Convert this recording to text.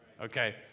Okay